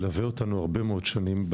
מלווה אותנו הרבה מאוד שנים,